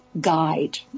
guide